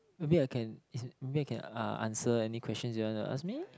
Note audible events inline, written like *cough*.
maybe I can *noise* maybe I can uh answer any question that you want to ask me